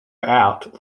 out